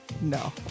No